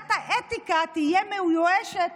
ועדת האתיקה תהיה מאוישת